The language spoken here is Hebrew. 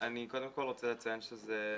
כל תא הלחץ הזה,